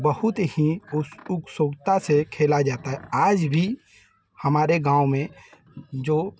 बहुत ही उस उत्सुकता से खेला जाता आज भी हमारे गाँव जो